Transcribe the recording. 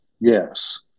yes